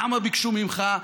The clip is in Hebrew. למה ביקשו ממך?